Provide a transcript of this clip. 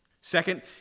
Second